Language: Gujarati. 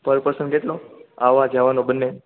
પર પર્સન કેટલો આવવા જવાનો બને